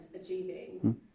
achieving